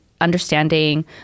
understanding